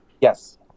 Yes